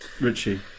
Richie